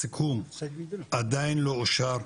הסיכום עדיין לא אושר.